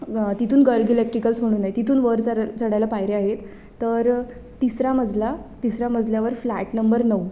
तिथून गर्ग इलेक्ट्रिकल्स म्हणून आहे तिथून वर जरा चढायला पायऱ्या आहेत तर तिसरा मजला तिसरा मजल्यावर फ्लॅट नंबर नऊ